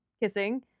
kissing